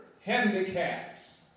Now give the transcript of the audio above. handicaps